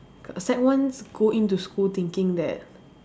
sec ones go in to school thinking that